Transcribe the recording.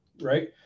right